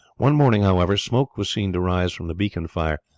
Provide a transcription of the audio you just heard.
one morning, however, smoke was seen to rise from the beacon fire.